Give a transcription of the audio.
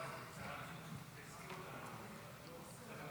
עכשיו אתה צריך להעלות את זה.